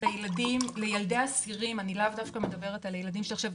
שלילדי אסירים אני לאו דווקא מדברת על הילדים שלי עכשיו,